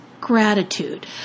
gratitude